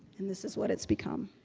and this is what it's become